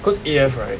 because A F right